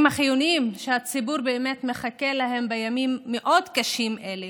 החיוניים שהציבור מחכה להם בימים המאוד-קשים האלה.